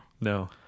no